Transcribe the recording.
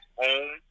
home